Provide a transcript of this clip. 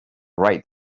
right